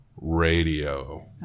Radio